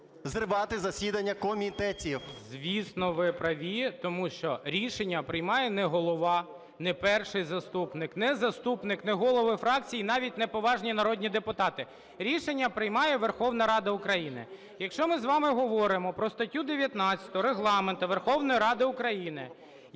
зривати засідання комітетів. ГОЛОВУЮЧИЙ. Звісно, ви праві. Тому що рішення приймає не Голова, не Перший заступник, не заступник, не голови фракцій, навіть не поважні народні депутати, рішення приймає Верховна Рада України. Якщо ми з вами говоримо про статтю 19 Регламенту Верховної Ради України,